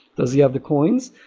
does he have the coins?